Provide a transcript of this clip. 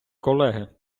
колеги